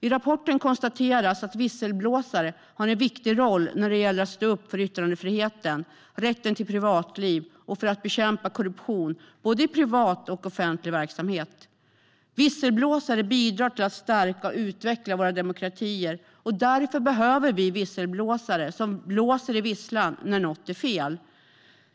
I rapporten konstaterades att visselblåsare har en viktig roll när det gäller att stå upp för yttrandefriheten och rätten till privatliv och när det gäller att bekämpa korruption i både privat och offentlig verksamhet. Visselblåsare bidrar till att stärka och utveckla våra demokratier, och därför behöver vi visselblåsare som blåser i visslan när något är fel.